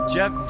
Jeff